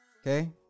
Okay